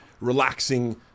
relaxing